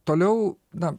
toliau na